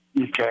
Okay